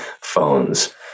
phones